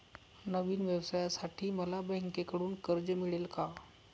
नवीन व्यवसायासाठी मला बँकेकडून कर्ज मिळेल का?